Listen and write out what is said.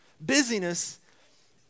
Busyness